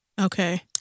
Okay